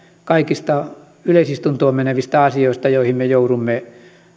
kaikista yleisistuntoon menevistä asioista joihin me joudumme